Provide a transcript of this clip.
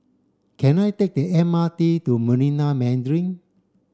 can I take the M R T to Marina Mandarin